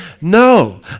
no